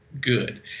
good